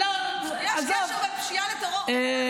יש קשר בין פשיעה לטרור.